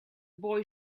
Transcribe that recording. boy